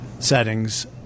settings